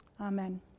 amen